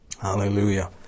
Hallelujah